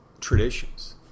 traditions